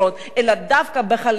אלא דווקא אצל החלשים,